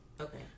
okay